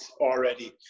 already